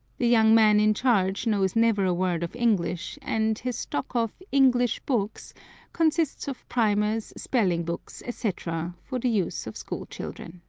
the young man in charge knows never a word of english, and his stock of english books consists of primers, spelling-books, etc, for the use of school-children.